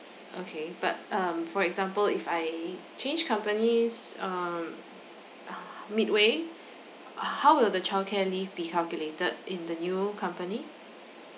okay but um for example if I change companies um uh midway how will the childcare leave be calculated in the new company